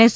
S